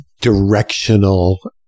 directional